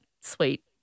sweet